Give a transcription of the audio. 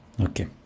Okay